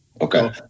Okay